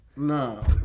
No